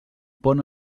pont